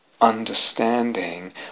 understanding